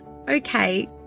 Okay